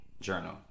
Journal